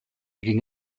ging